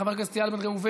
חבר הכנסת איל בן ראובן,